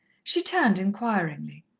she turned enquiringly.